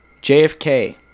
jfk